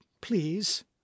Please